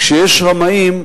כשיש רמאים,